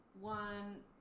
one